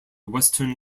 western